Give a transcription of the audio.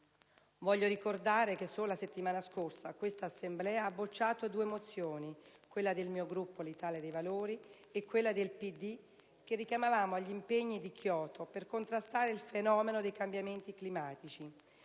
Voglio ricordare che solo la settimana scorsa questa Assemblea ha bocciato due mozioni: quella del mio Gruppo, l'Italia dei Valori, e quella del PD che si richiamavano agli impegni di Kyoto per contrastare il fenomeno dei cambiamenti climatici